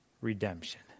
redemption